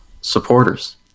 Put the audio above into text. supporters